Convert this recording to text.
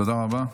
תודה רבה.